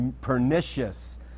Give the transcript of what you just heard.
pernicious